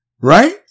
Right